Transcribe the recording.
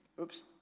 Oops